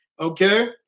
okay